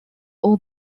all